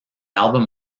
album